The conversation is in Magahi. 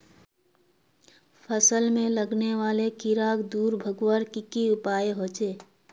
फसल में लगने वाले कीड़ा क दूर भगवार की की उपाय होचे?